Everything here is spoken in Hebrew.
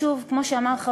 נכחו בסיבוב הראשון.